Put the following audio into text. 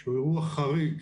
- שהוא אירוע חריג,